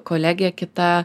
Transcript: kolegė kita